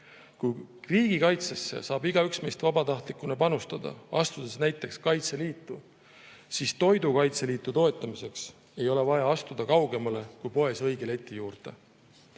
Kui riigikaitsesse saab igaüks meist vabatahtlikuna panustada, astudes näiteks Kaitseliitu, siis toidukaitseliidu toetamiseks ei ole vaja astuda kaugemale kui poes õige leti juurde.